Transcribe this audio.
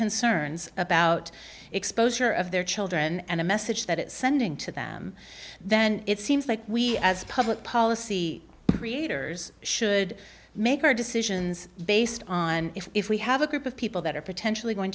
concerns about exposure of their children and a message that it's sending to them then it seems like we as public policy creators should make our decisions based on if we have a group of people that are potentially going